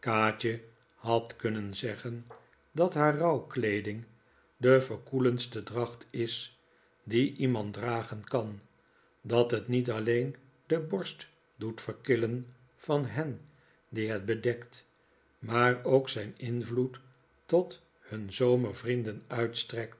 had kunnen zeggen dat rouwkleeding de verkoelendste dracht is die iemand dragen kan dat het niet alleen de borst doet verkillen van hen die het bedekt maar ook zijn invloed tot hun zomervrienden uitstrekt